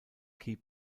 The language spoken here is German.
key